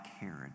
Herod